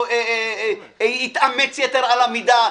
הוא לא התאמץ יתר על המידה,